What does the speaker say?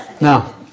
Now